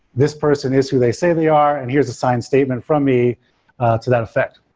this person is who they say they are and here's a signed statement from me to that effect,